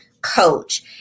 coach